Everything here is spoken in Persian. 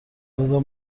بزار